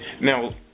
Now